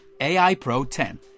AIPRO10